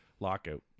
lockout